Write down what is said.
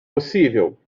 possível